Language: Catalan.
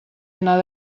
anar